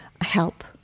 help